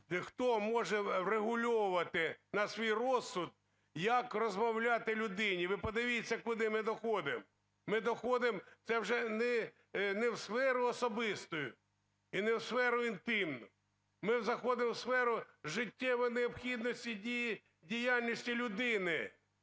Хто може врегульовувати на свій розсуд, як розмовляти людині? Ви подивіться, куди ми доходимо? Ми доходимо, це вже не в сферу особисту і не в сферу інтимну, ми заходимо в сферу життєвої необхідності діяльності людини,